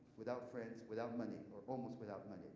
without friends, without money or almost without money